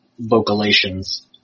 vocalations